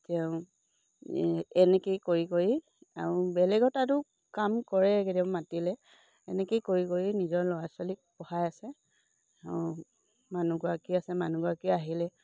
তেওঁ এনেকেই কৰি কৰি আৰু বেলেগত আৰু কাম কৰে কেতিয়াবা মাতিলে এনেকেই কৰি কৰি নিজৰ ল'ৰা ছোৱালীক পঢ়াই আছে মানুহগৰাকী আছে মানুহগৰাকী আহিলে